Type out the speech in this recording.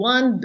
One